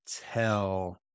tell